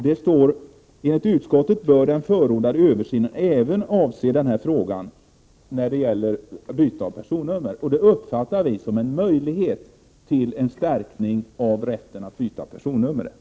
Där står: ”Enligt utskottet bör den förordade översynen även avse” frågan om byte av personnummer, och det uppfattar vi som en möjlighet till en stärkning av rätten att byta personnummer.